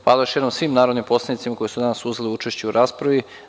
Hvala još jednom svim narodnim poslanicima koji su danas uzeli učešće u raspravi.